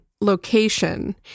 location